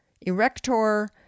erector